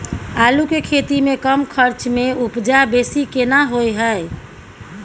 आलू के खेती में कम खर्च में उपजा बेसी केना होय है?